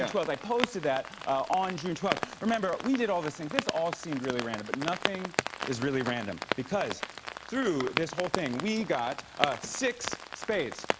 twelfth. i posted that on june twelfth. remember, we did all these things. this all seemed really random, but nothing is really random because through this whole thing, we got a six spades,